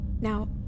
Now